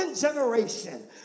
generation